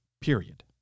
Period